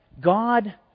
God